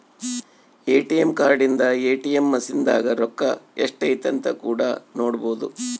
ATM card ಇಂದ ATM machine ದಾಗ ರೊಕ್ಕ ಎಷ್ಟೈತೆ ಅಂತ ಕೂಡ ನೊಡ್ಬೊದು